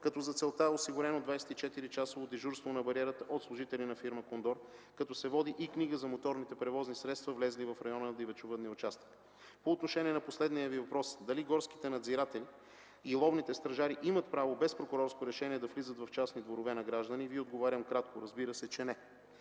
като за целта е осигурено 24-часово дежурство на бариерата от служители на фирма „Кондор”, като се води и книга за моторните превозни средства, влезли в района на дивечовъдния участък. По отношение на последния Ви въпрос – дали горските надзиратели и ловните стражари имат право без прокурорско решение да влизат в частни домове на граждани, Ви отговарям кратко: разбира се, че не.